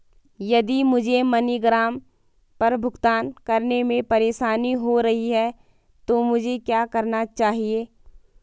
यदि मुझे मनीग्राम पर भुगतान करने में परेशानी हो रही है तो मुझे क्या करना चाहिए?